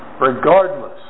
regardless